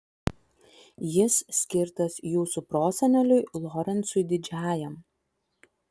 jis skirtas jūsų proseneliui lorencui didžiajam